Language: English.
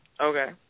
Okay